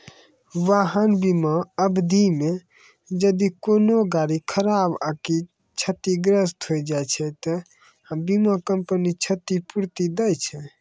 वाहन बीमा अवधि मे जदि कोनो गाड़ी खराब आकि क्षतिग्रस्त होय जाय छै त बीमा कंपनी क्षतिपूर्ति दै छै